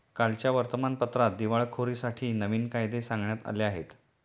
कालच्या वर्तमानपत्रात दिवाळखोरीसाठी नवीन कायदे सांगण्यात आले आहेत